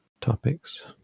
topics